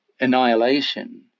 annihilation